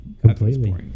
Completely